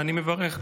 ואני מברך,